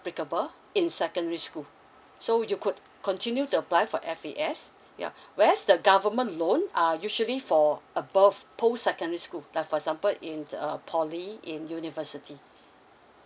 applicable in secondary school so you could continue to apply for F_A_S yup whereas the government loan are usually for above post secondary school like for example in a poly in university